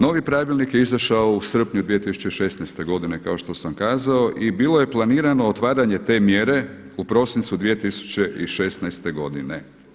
Novi pravilnik je izašao u srpnju 2016. godine kao što sam kazao i bilo je planirano otvaranje te mjere u prosincu 2016. godine.